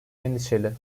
endişeli